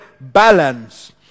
balance